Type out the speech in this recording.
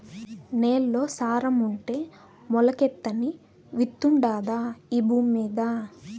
నేల్లో సారం ఉంటే మొలకెత్తని విత్తుండాదా ఈ భూమ్మీద